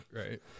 right